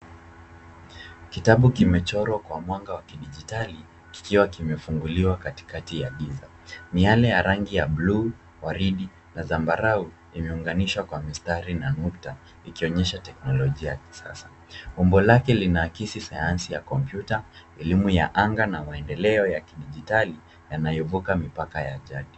Kitabu kimechorwa kwa mwanga wa kidijitali kikiwa kimefunguliwa katikati ya giza. Miale ya rangi ya buluu, waridi na zambarau imeunganishwa kwa mistari na nukta ikionyesha teknolojia ya kisasa. Umbo lake linaakisi sayansi ya kompyuta, elimu ya anga na maendeleo ya kidijitali yanayovuka mipaka ya jadi.